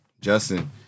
Justin